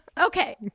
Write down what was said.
okay